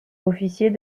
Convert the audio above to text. officier